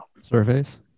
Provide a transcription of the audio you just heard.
Surveys